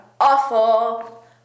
Awful